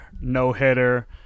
no-hitter